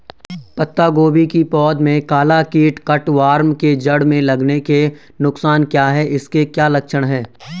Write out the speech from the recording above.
पत्ता गोभी की पौध में काला कीट कट वार्म के जड़ में लगने के नुकसान क्या हैं इसके क्या लक्षण हैं?